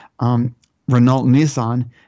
Renault-Nissan